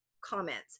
comments